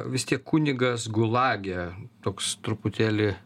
vis tiek kunigas gulage toks truputėlį